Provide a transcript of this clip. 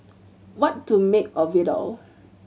what to make of it all